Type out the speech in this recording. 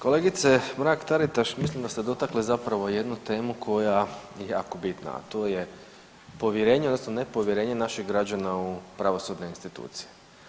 Kolegice Mrak Taritaš mislim da ste dotakli zapravo jednu temu koja je jako bitna, a to je povjerenje odnosno nepovjerenje naših građana u pravosudne institucije.